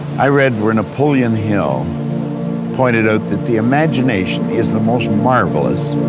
i read where napoleon hill pointed out that the imagination is the most marvelous,